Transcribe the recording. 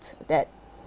that